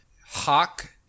Hawk